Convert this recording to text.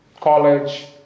college